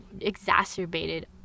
exacerbated